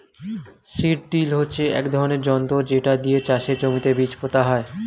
seed drill হচ্ছে এক ধরনের যন্ত্র যেটা দিয়ে চাষের জমিতে বীজ পোতা হয়